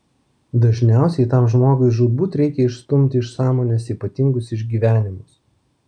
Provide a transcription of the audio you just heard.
dažniausiai tam žmogui žūtbūt reikia išstumti iš sąmonės ypatingus išgyvenimus